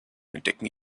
entdecken